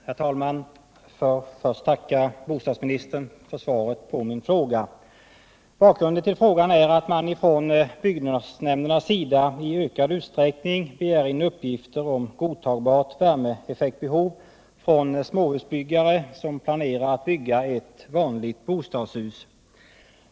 Herr talman! Jag vill först tacka bostadsministern för svaret på min fråga. Bakgrunden till frågan är att byggnadsnämnderna i ökad utsträckning från småhusbyggare, som planerar att bygga ett vanligt bostadshus, begär in uppgifter om godtagbart värmeeffektbehov.